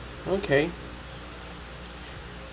okay